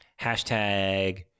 hashtag